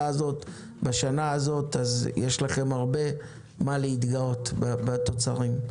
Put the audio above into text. הזאת בשנה הזאת יש לכם הרבה מה להתגאות בתוצרים.